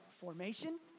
formation